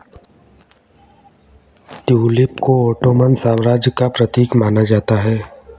tulip को Ottoman साम्राज्य का प्रतीक माना जाता है